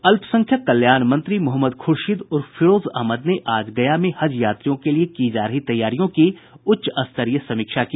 अल्पसंख्यक कल्याण मंत्री मोहम्मद खुर्शीद उर्फ फिरोज अहमद ने आज गया में हज यात्रियों के लिये की जा रही तैयारियों की उच्च स्तरीय समीक्षा की